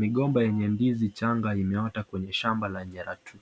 Migomba yenye ndizi changa imeota kwenye shamba lenye